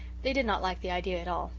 they did not like the idea at all,